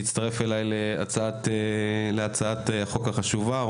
שהצטרף אליי להצעת החוק החשובה.